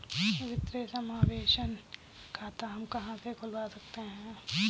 वित्तीय समावेशन खाता हम कहां से खुलवा सकते हैं?